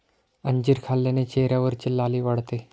अंजीर खाल्ल्याने चेहऱ्यावरची लाली वाढते